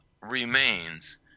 remains